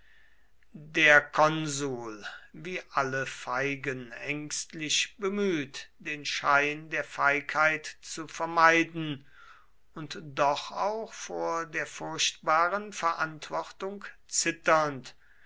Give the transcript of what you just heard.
der konsul wie alle feigen ängstlich bemüht den schein der feigheit zu vermeiden und doch auch vor der furchtbaren verantwortung zitternd